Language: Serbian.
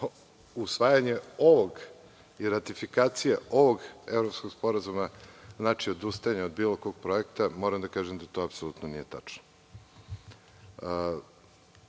usvajanje ovog i ratifikacija ovog evropskog sporazuma znači odustajanje od bilo kog projekta. Moram da kažem da to apsolutno nije tačno. Ne